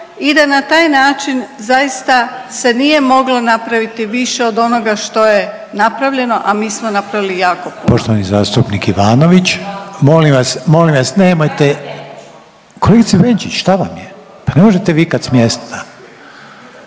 i da na taj način se zaista nije moglo napraviti više od onoga što je napravljeno, a mi smo napravili jako puno. **Reiner, Željko (HDZ)** Poštovani zastupnik Ivanović. Molim vas, molim vas nemojte, kolegice Benčić šta vam je pa ne možete vikat s mjesta.